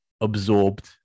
absorbed